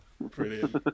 Brilliant